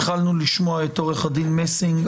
התחלנו לשמוע את עורך הדין מסינג,